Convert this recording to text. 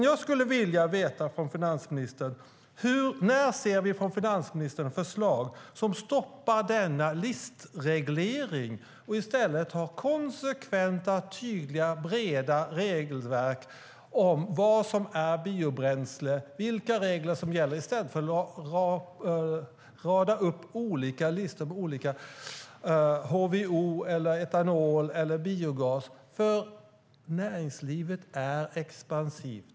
Jag skulle vilja veta när vi från finansministern får förslag som stoppar denna listreglering och inför konsekventa, tydliga och breda regelverk om vad som är biobränsle och vilka regler som gäller, i stället för radar upp olika listor för HVO, etanol eller biogas. Näringslivet är nämligen expansivt.